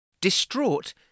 Distraught